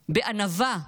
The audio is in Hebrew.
בענווה.